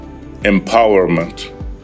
empowerment